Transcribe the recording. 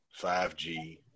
5G